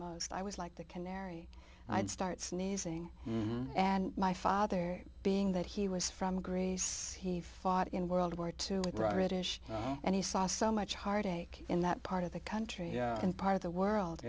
most i was like the canary i'd start sneezing and my father being that he was from greece so he fought in world war two with british and he saw so much heartache in that part of the country and part of the world